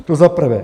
To za prvé.